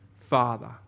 Father